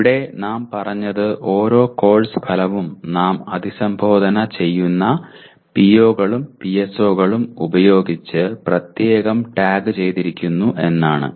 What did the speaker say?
ഇവിടെ നാം പറഞ്ഞത് ഓരോ കോഴ്സ് ഫലവും നാം അഭിസംബോധന ചെയ്യുന്ന PO കളും PSO കളും ഉപയോഗിച്ച് പ്രത്യേകം ടാഗുചെയ്തിരിക്കുന്നു എന്നാണ്